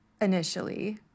initially